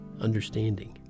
understanding